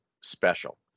special